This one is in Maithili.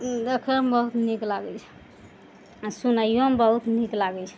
देखयमे बहुत नीक लागय छै आओर सुनैयोमे बहुत नीक लागय छै